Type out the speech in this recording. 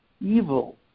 evil